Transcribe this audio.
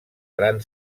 gran